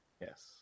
Yes